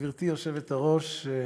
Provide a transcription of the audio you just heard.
גברתי היושבת-ראש,